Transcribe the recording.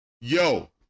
Yo